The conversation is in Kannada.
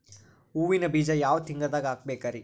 ಹೂವಿನ ಬೀಜ ಯಾವ ತಿಂಗಳ್ದಾಗ್ ಹಾಕ್ಬೇಕರಿ?